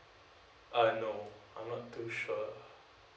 uh no I'm not too sure